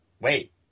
wait